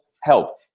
help